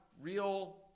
real